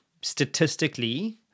statistically